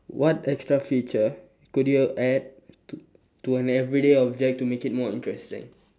what extra feature could you add to to an everyday object to make it more interesting